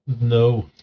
No